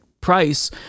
price